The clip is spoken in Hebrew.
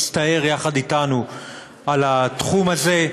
שהסתער יחד אתנו על התחום הזה.